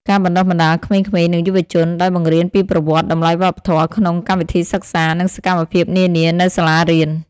ការបណ្តុះបណ្តាលក្មេងៗ និងយុវជន ដោយបង្រៀនពីប្រវត្តិ តម្លៃវប្បធម៌ក្នុងកម្មវិធីសិក្សា និងសកម្មភាពនានានៅសាលារៀន។